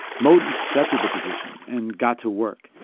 moton accepted the position and got to work.